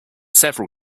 several